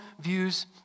views